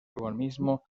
urbanismo